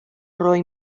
roi